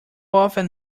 often